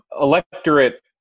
electorate